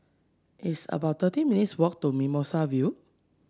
it's about thirty minutes' walk to Mimosa View